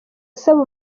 asaba